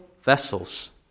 vessels